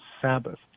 Sabbath